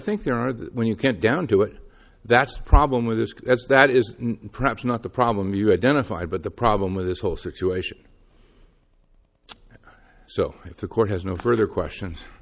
think there are when you can't down to it that's the problem with this that is perhaps not the problem you identified but the problem with this whole situation so the court has no further questions